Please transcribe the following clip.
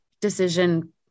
decision